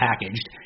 packaged